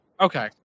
Okay